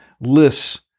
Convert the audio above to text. lists